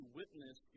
witness